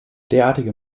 derartige